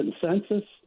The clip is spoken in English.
consensus